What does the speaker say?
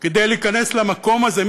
כדי להיכנס למקום הזה.